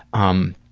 um,